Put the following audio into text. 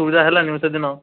ସୁବିଧା ହେଲାନି ସେଦିନ